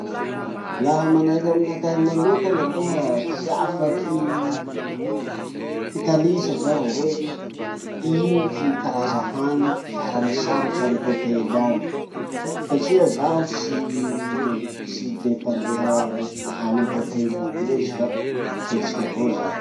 Laha manahaky aminakahy manokana aloha tsy afaky hitanisa zaho hoe ino ty karaza hany farany sarotsy amy hotely any satria zaho tsy le tsy de mpandeha mihina hany amy hotely any loatsy fa miketriky avao zaho.